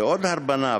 ועוד "הרבנה",